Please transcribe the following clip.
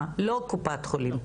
לא קופת חולים.